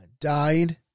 Died